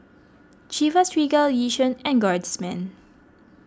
Chivas Regal Yishion and Guardsman